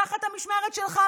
תחת המשמרת שלך,